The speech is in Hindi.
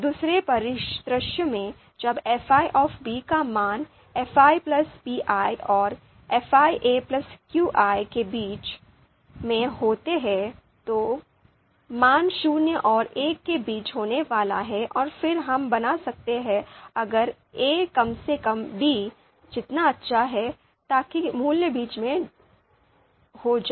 दूसरे परिदृश्य में जब fi का मान fi qi और fi qi के बीच में होता है तो मान शून्य और एक के बीच होने वाला है और फिर हम बना सकते हैं अगर a कम से कम b जितना अच्छा है ताकि मूल्य बीच में हो जाए